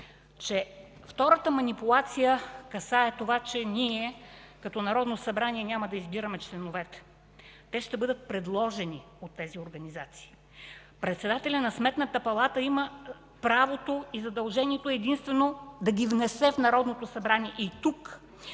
Втората манипулация касае това, че ние като Народно събрание няма да избираме членовете. Те ще бъдат предложени от тези организации. Председателят на Сметната палата има правото и задължението единствено да ги внесе в Народното събрание и тук